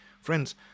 Friends